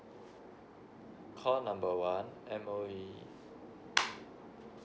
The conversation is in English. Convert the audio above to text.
call number one M_O_E